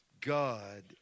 God